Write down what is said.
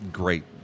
great